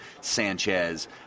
sanchez